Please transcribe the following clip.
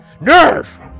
Nerve